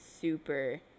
super